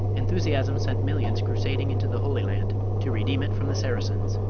enthusiasm sent millions crusading into the holy land to redeem it from the saracens.